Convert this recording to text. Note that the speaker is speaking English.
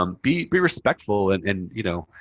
um be be respectful and, and you know,